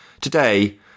today